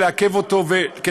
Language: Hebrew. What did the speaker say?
אתה זוכר אותו.